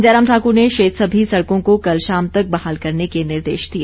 जयराम ठाकुर ने शेष सभी सड़कों को कल शाम तक बहाल करने के निर्देश दिए